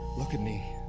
look at me